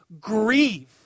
grieve